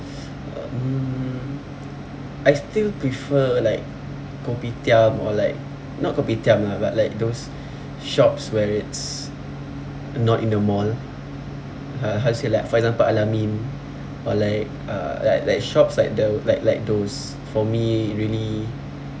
um I still prefer like Kopitiam or like not Kopitiam lah but like those shops where it's not in a mall uh how to say like for example Al-Amin or like uh like like shops like the like like those for me really